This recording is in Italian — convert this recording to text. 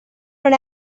non